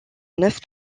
neuf